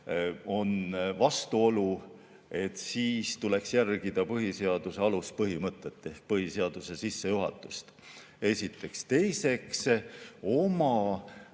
on vastuolu, siis tuleks järgida põhiseaduse aluspõhimõtet ehk põhiseaduse sissejuhatust. Seda esiteks. Teiseks,